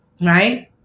Right